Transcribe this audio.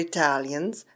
Italians